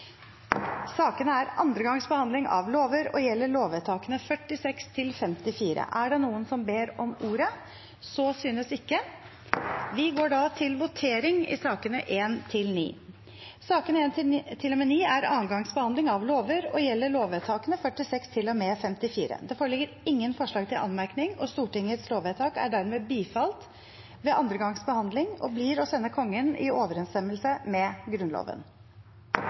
andre gangs behandling av lovsaker og gjelder lovvedtakene 46–54. Ingen har bedt om ordet. Vi går da til votering i sakene nr. 1–9. Sakene nr. 1–9 er andre gangs behandling av lovsaker og gjelder lovvedtakene 46 til og med 54. Det foreligger ingen forslag til anmerkning. Stortingets lovvedtak er dermed bifalt ved andre gangs behandling og blir å sende Kongen i overensstemmelse med Grunnloven.